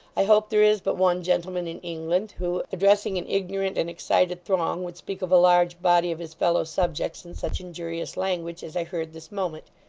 i hope there is but one gentleman in england who, addressing an ignorant and excited throng, would speak of a large body of his fellow-subjects in such injurious language as i heard this moment.